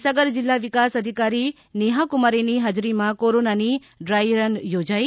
મહીસાગર જિલ્લા વિકાસ અધિકારી નેહાકુમારીની હાજરીમાં કોરોનાની ડ્રાય રન યોજાઇ